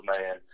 man